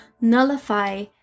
nullify